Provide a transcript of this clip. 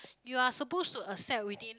you are supposed to accept within